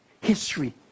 History